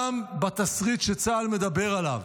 גם בתסריט שצה"ל מדבר עליו,